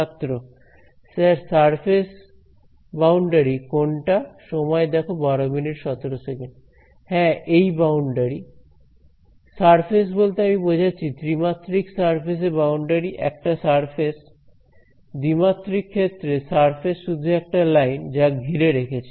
ছাত্র sir surface boundary কোনটা হ্যাঁ এই বাউন্ডারি সারফেস বলতে আমি বোঝাচ্ছি ত্রিমাত্রিক সারফেসে বাউন্ডারি একটা সারফেস দ্বিমাত্রিক ক্ষেত্রে সারফেস শুধু একটা লাইন যা ঘিরে রেখেছে